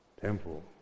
temple